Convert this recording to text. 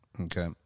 Okay